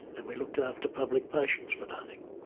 and we looked after public patients for nothing.